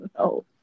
no